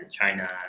China